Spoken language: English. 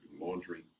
laundry